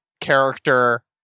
character